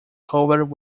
covered